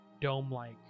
dome-like